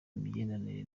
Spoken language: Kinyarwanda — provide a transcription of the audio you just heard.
imigenderanire